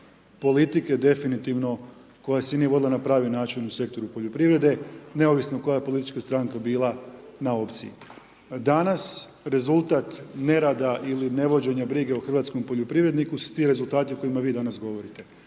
politike definitivno koja se nije vodila na pravi način u sektoru poljoprivrede neovisno koja je politička stranka bila na opciji. Danas, rezultat nerada ili nevođenja brige o hrvatskom poljoprivredniku su ti rezultati o kojima vi danas govorite.